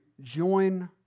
join